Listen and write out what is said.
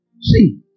See